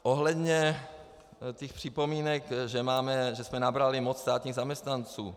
Ohledně těch připomínek, že jsme nabrali moc státních zaměstnanců.